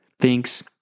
thinks